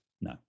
no